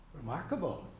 Remarkable